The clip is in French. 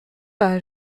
pas